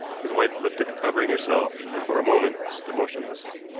his wife lifted the covering herself and for a moment stood motionless.